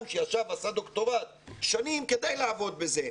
שישב ועשה דוקטורט שנים כדי לעבוד בזה.